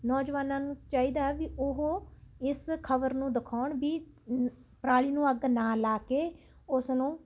ਨੌਜਵਾਨਾਂ ਨੂੰ ਚਾਹੀਦਾ ਵੀ ਉਹ ਇਸ ਖ਼ਬਰ ਨੂੰ ਦਿਖਾਉਣ ਵੀ ਪਰਾਲੀ ਨੂੰ ਅੱਗ ਨਾ ਲਾ ਕੇ ਉਸਨੂੰ